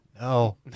no